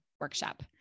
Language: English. workshop